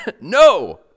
No